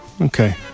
Okay